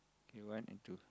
okay one and two